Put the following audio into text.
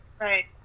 right